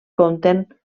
compten